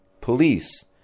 police